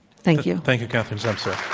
thank you. thank you, catherine semcer.